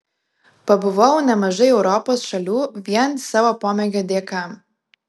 pabuvojau nemažai europos šalių vien savo pomėgio dėka